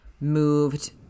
moved